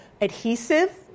adhesive